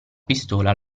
pistola